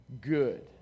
good